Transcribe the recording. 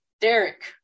Derek